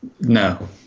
No